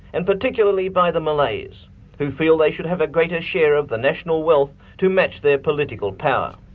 and particularly by the malays who feel they should have a greater share of the national wealth to match their political power.